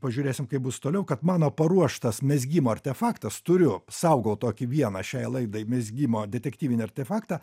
pažiūrėsim kaip bus toliau kad mano paruoštas mezgimo artefaktas turiu saugau tokį vieną šiai laidai mezgimo detektyvinį artefaktą